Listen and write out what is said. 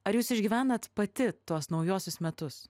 ar jūs išgyvenat pati tuos naujuosius metus